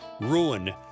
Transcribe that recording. ruin